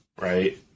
Right